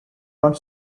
not